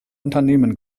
unternehmen